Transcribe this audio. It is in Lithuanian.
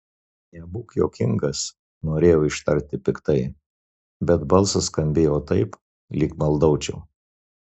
nebūk juokingas norėjau ištarti piktai bet balsas skambėjo taip lyg maldaučiau